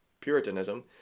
Puritanism